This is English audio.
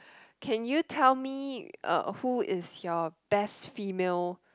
can you tell me uh who is your best female